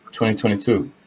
2022